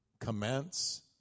commence